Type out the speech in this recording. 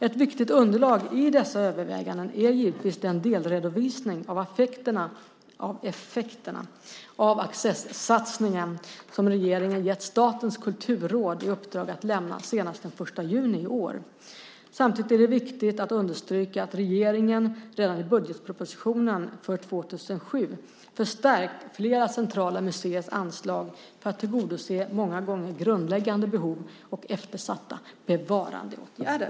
Ett viktigt underlag i dessa överväganden är givetvis den delredovisning av effekterna av Accessatsningen som regeringen gett Statens kulturråd i uppdrag att lämna senast den 1 juni i år. Samtidigt är det viktigt att understryka att regeringen redan i budgetpropositionen för 2007 har förstärkt flera centrala museers anslag för att tillgodose många gånger grundläggande behov och eftersatta bevarandeåtgärder.